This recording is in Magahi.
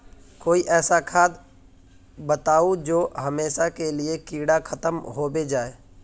कोई ऐसा खाद बताउ जो हमेशा के लिए कीड़ा खतम होबे जाए?